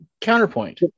Counterpoint